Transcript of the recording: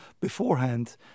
beforehand